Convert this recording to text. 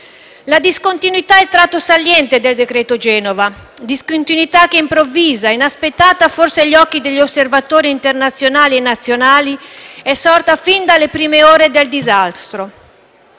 La discontinuità è il tratto saliente del decreto Genova. Discontinuità che, improvvisa e inaspettata forse agli occhi degli osservatori internazionali e nazionali, è sorta fin dalle prime ore del disastro.